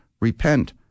repent